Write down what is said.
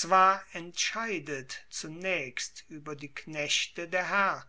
zwar entscheidet zunaechst ueber die knechte der herr